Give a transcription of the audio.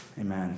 Amen